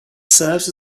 serves